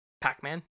pac-man